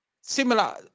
similar